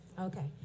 Okay